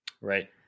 Right